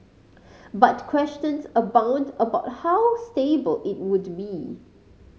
but questions abound about how stable it would be